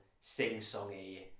sing-songy